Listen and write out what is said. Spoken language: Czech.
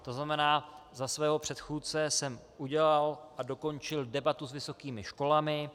To znamená, za svého předchůdce jsem udělal a dokončil debatu s vysokými školami.